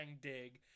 Dig